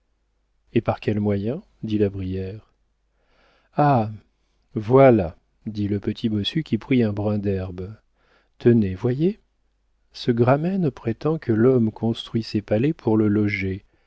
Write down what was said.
et par quel moyen dit la brière ah voilà dit le petit bossu qui prit un brin d'herbe tenez voyez ce gramen prétend que l'homme construit ses palais pour le loger